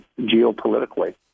geopolitically